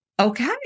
Okay